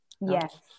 yes